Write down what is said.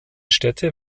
städte